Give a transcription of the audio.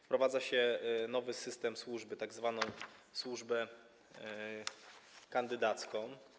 Wprowadza się nowy system służby, tzw. służbę kandydacką.